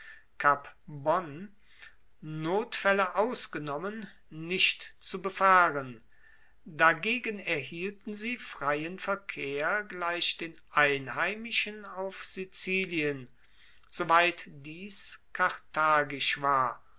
notfaelle ausgenommen nicht zu befahren dagegen erhielten sie freien verkehr gleich den einheimischen auf sizilien soweit dies karthagisch war